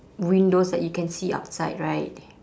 windows that you can see outside right